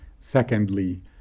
Secondly